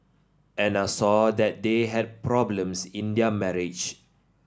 Anna saw that they had problems in their marriage